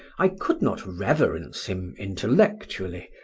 i could not reverence him intellectually,